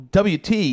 WT